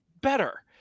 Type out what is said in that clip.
better